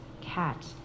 cat